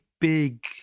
big